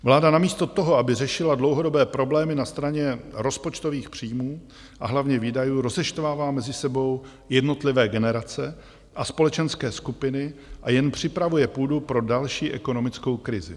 Vláda namísto toho, aby řešila dlouhodobé problémy na straně rozpočtových příjmů, a hlavně výdajů, rozeštvává mezi sebou jednotlivé generace a společenské skupiny a jen připravuje půdu pro další ekonomickou krizi.